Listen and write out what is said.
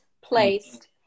placed